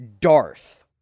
Darth